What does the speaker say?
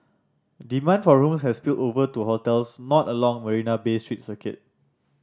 demand for rooms has spilled over to hotels not along Marina Bay street circuit